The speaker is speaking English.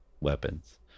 weapons